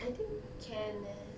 I think can leh